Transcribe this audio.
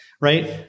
Right